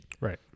Right